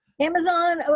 Amazon